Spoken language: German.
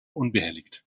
unbehelligt